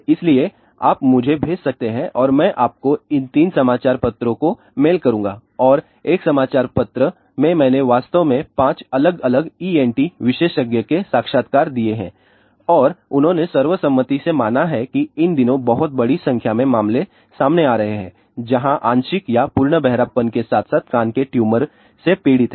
इसलिए आप मुझे भेज सकते हैं और मैं आपको इन तीन समाचार पत्रों को मेल करूंगा और एक समाचार पत्र में मैंने वास्तव में पांच अलग अलग ईनटी विशेषज्ञ के साक्षात्कार दिए हैं और उन्होंने सर्वसम्मति से माना है कि इन दिनों बहुत बड़ी संख्या में मामले सामने आ रहे हैं जहाँ आंशिक या पूर्ण बहरापन के साथ साथ कान के ट्यूमर से पीड़ित हैं